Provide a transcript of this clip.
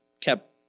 kept